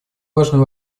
важный